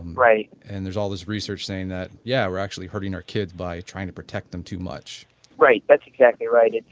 right and there is all those research saying that yeah, we're actually hurting our kids by trying to protect them too much right, that's exactly right,